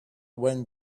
when